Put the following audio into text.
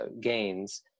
gains